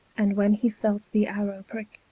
and when he felt the arrow pricke,